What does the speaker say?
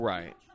Right